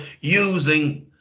using